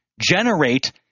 generate